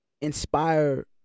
inspire